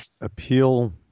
Appeal